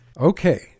Okay